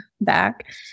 back